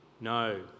no